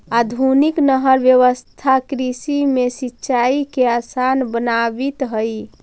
आधुनिक नहर व्यवस्था कृषि में सिंचाई के आसान बनावित हइ